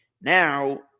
Now